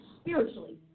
spiritually